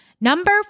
number